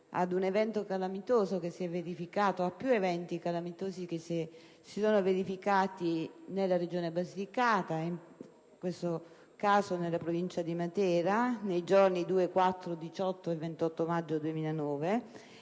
L'interrogazione fa riferimento a più eventi calamitosi che si sono verificati nella Regione Basilicata, in questo caso nella Provincia di Matera, nei giorni 2, 4, 18 e 28 maggio 2009,